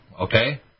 okay